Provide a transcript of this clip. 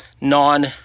non